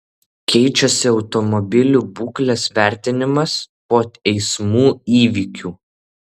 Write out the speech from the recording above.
keičiasi ir automobilių būklės vertinimas po eismų įvykių